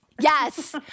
Yes